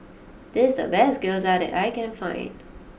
this is the best Gyoza that I can find